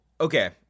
okay